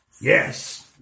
Yes